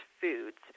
foods